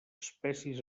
espècies